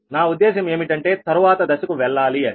నా ఉద్దేశం ఏమిటంటే తరువాత దశకు వెళ్ళాలి అని